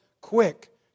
quick